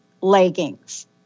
Leggings